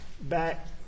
back